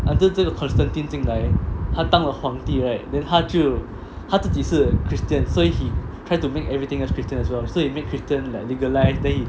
until 这个 constantine 进来他当了皇帝 right then 他就他自己是 christian so he try to make everything else christian also as well so he make christian legalised